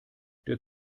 der